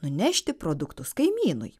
nunešti produktus kaimynui